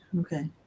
Okay